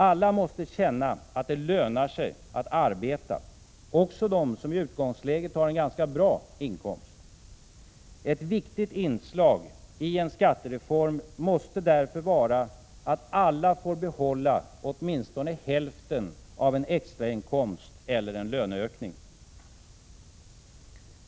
Alla måste känna att det lönar sig att arbeta, också de som i utgångsläget har en ganska bra inkomst. Ett viktigt inslag i en skattereform måste därför vara att alla får behålla åtminstone hälften av en extrainkomst eller en löneökning.